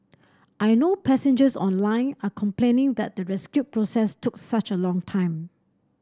I know passengers online are complaining that the rescue process took such a long time